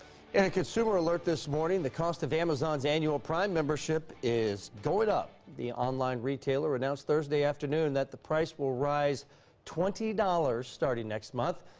and consumer alert this morning. the cost of amazon's annual prime membership is going up. john the online retailer announced thursday afternoon that the price will rise twenty dollars starting next month.